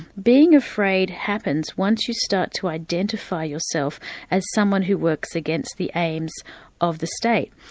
being afraid happens once you start to identify yourself as someone who works against the aims of the state.